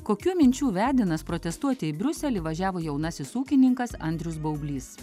kokių minčių vedinas protestuoti į briuselį važiavo jaunasis ūkininkas andrius baublys